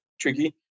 tricky